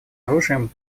оружием